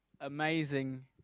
amazing